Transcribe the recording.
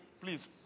please